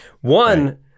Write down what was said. One